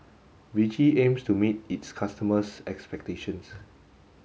Vichy aims to meet its customers' expectations